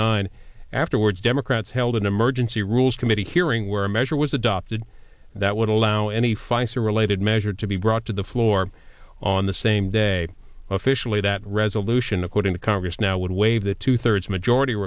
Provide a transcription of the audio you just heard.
nine afterwards democrats held an emergency rules committee hearing where a measure was adopted that would allow any fights or related measure to be brought to the floor on the same day officially that resolution according to congress now would waive the two thirds majority